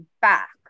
back